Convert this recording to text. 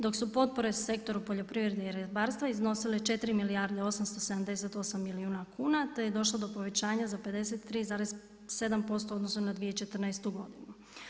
Dok su potpore Sektoru poljoprivrede i ribarstva iznosile 4 milijarde 878 milijuna kuna, te je došlo do povećanja za 53,7% u odnosu na 2014. godinu.